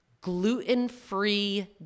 gluten-free